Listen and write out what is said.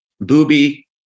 Booby